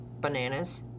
bananas